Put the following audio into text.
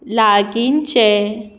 लागींचे